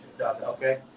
Okay